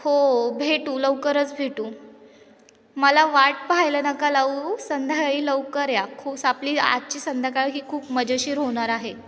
हो भेटू लवकरच भेटू मला वाट पाहायला नका लावू संध्याकाळी लवकर या खूस आपली आजची संध्याकाळ ही खूप मजेशीर होणार आहे